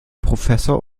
professor